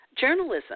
Journalism